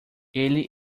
ele